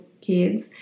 kids